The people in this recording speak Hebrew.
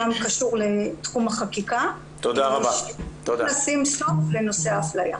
קשור לתחום החקיקה כדי שנשים סוף לנושא האפליה.